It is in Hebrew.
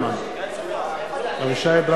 כרמל שאמה ומירי